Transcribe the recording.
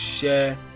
share